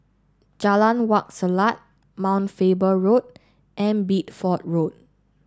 Jalan Wak Selat Mount Faber Road and Bideford Road